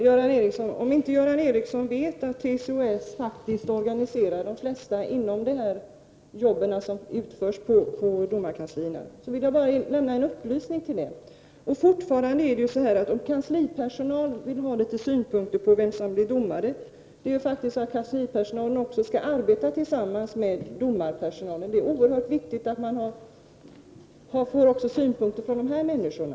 Herr talman! Om inte Göran Ericsson vet att TCO-S faktiskt organiserar de flesta inom de arbeten som utförs på domarkanslierna, vill jag bara lämna en upplysning om detta. Kanslipersonalen vill fortfarande föra fram synpunkter på vem som blir domare. Kanslipersonalen skall också arbeta tillsammans med domarpersonalen. Det är oerhört viktigt att man får synpunkter även från de här människorna.